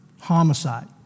homicide